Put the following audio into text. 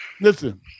Listen